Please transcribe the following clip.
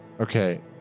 Okay